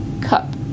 cup